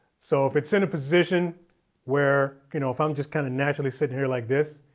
so if it's in a position where you know if i'm just kind of naturally sitting here like this,